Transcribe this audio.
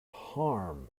harm